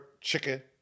chicken